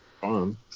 fun